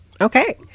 Okay